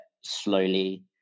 slowly